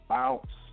Bounce